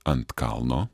ant kalno